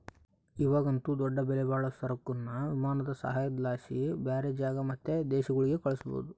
ಇವಾಗಂತೂ ದೊಡ್ಡ ಬೆಲೆಬಾಳೋ ಸರಕುನ್ನ ವಿಮಾನದ ಸಹಾಯುದ್ಲಾಸಿ ಬ್ಯಾರೆ ಜಾಗ ಮತ್ತೆ ದೇಶಗುಳ್ಗೆ ಕಳಿಸ್ಬೋದು